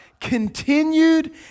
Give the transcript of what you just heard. continued